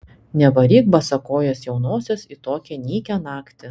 nevaryk basakojės jaunosios į tokią nykią naktį